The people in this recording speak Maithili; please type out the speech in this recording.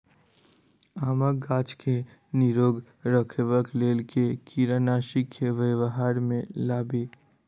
आमक गाछ केँ निरोग रखबाक लेल केँ कीड़ानासी केँ व्यवहार मे लाबी?